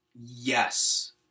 Yes